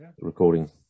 recording